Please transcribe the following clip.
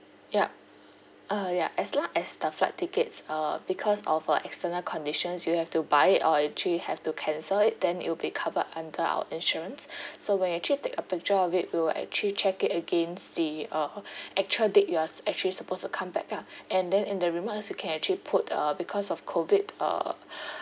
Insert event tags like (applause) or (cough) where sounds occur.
yup uh ya as long as the flight tickets uh because of uh external conditions you have to buy it or actually have to cancel it then it'll be cover under our insurance (breath) so when you actually take a picture of it we will actually check it against the uh actual date you are s~ actually supposed to come back ah and then in the remarks you can actually put uh because of COVID uh